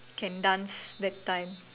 can dance that time